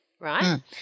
right